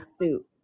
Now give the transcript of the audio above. suit